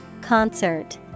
Concert